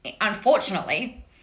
unfortunately